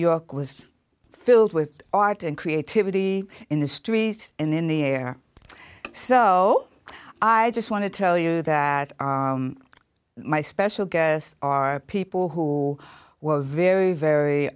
york was filled with art and creativity in the streets and in the air so i just want to tell you that my special guests are people who were very very